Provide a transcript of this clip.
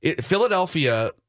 Philadelphia